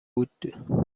بود